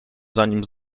zanim